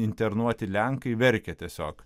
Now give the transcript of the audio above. internuoti lenkai verkia tiesiog